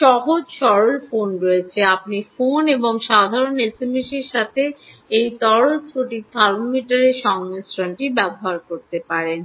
সহজ সরল ফোন রয়েছে আপনি ফোন এবং সাধারণ এসএমএসের সাথে এই তরল স্ফটিক থার্মোমিটারের সংমিশ্রণটি ব্যবহার করতে পারেন